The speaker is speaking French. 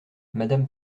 madame